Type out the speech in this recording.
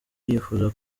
yifuza